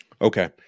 Okay